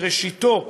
שראשיתה,